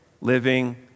living